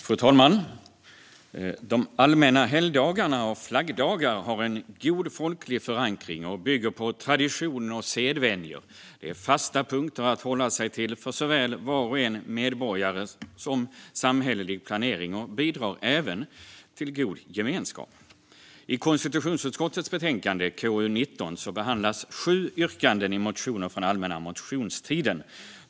Fru talman! De allmänna helgdagarna och flaggdagar har en god folklig förankring och bygger på tradition och sedvänjor. De är fasta punkter att hålla sig till såväl för var och en av oss medborgare som för samhällelig planering, och de bidrar även till god gemenskap. I konstitutionsutskottets betänkande KU19 behandlas sju yrkanden i motioner från allmänna motionstiden.